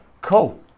Cool